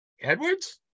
Edwards